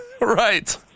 right